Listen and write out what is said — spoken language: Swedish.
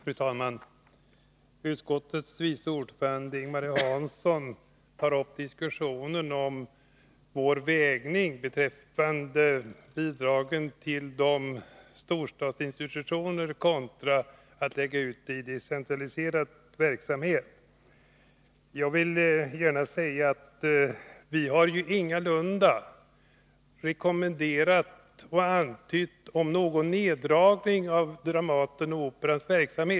Fru talman! Utskottets vice ordförande Ing-Marie Hansson tar upp en diskussion om vår avvägning beträffande de bidrag som går till storstadsinstitutioner kontra de bidrag som går till decentraliserad verksamhet. Jag vill framhålla att vi ingalunda rekommenderat eller antytt att någon neddragning bör ske av Dramatens och Operans verksamhet.